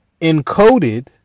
encoded